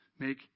Make